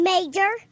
Major